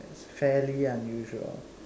fairly unusual